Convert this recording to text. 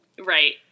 Right